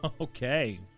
Okay